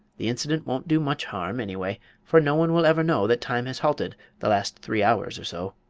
the incident won't do much harm, anyway, for no one will ever know that time has halted the last three hours or so.